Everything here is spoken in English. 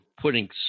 putting